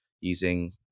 using